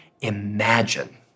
imagine